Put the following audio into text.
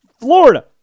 Florida